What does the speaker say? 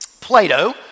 Plato